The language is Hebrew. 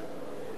ראש הממשלה.